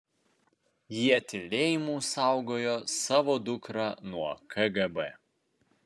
jie tylėjimu saugojo savo dukrą nuo kgb